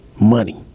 Money